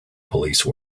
police